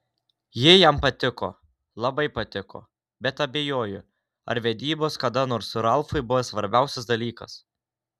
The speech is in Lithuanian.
ji jam patiko labai patiko bet abejoju ar vedybos kada nors ralfui buvo svarbiausias dalykas